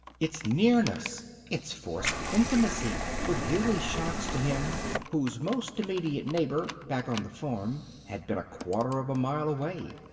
its nearness, its forced intimacy, were daily shocks to him whose most immediate neighbor, back on the farm, had been a quarter of a mile away.